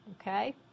okay